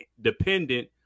dependent